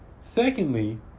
Secondly